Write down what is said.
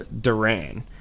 Duran